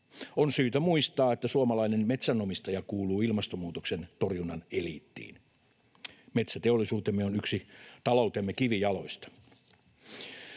On syytä muistaa, että suomalainen metsänomistaja kuuluu ilmastonmuutoksen torjunnan eliittiin. Metsäteollisuutemme on yksi taloutemme kivijaloista.